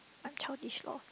I'm childish lor